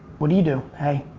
what do you do? hey.